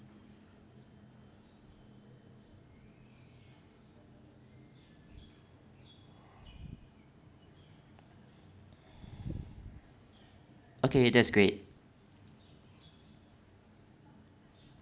okay that's great